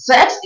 Sex